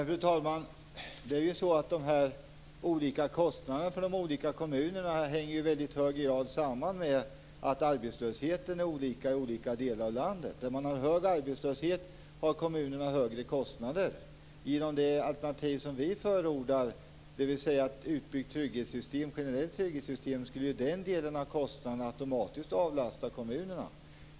Fru talman! De mellan kommunerna varierande kostnaderna hänger i hög grad samman med att arbetslösheten varierar mellan olika delar av landet. Kommuner med hög arbetslöshet har högre kostnader. Inom ramen för det alternativ som vi förordar, dvs. ett utbyggt generellt trygghetssystem, skulle den delen av kostnaderna automatiskt avlastas kommunerna.